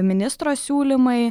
ministro siūlymai